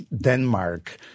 Denmark